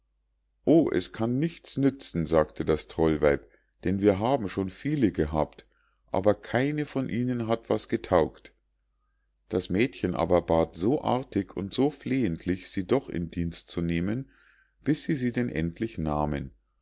o es kann nichts nützen sagte das trollweib denn wir haben schon viele gehabt aber keine von ihnen hat was getaugt das mädchen aber bat so artig und so flehentlich sie doch in dienst zu nehmen bis sie sie denn endlich nahmen